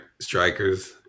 strikers